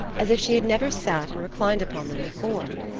as if she had never sat and reclined upon them before.